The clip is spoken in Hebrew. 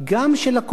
גם של הקולנוע,